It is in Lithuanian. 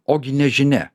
ogi nežinia